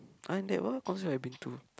other than that what concert I been to